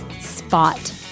spot